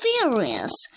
furious